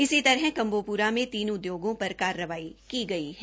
इसी तरह कम्बोप्रा में तीन उदयोगों पर कार्रवाई की गई है